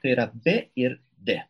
tai yra b ir d